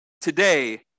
today